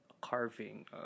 carving